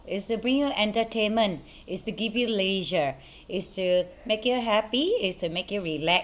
is to bring you entertainment is to give you leisure is to make you happy is to make you relaxed